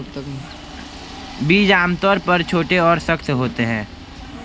बीज आमतौर पर छोटे और सख्त होते हैं